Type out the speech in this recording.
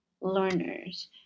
learners